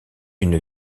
une